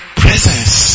presence